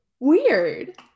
weird